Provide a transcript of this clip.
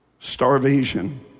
starvation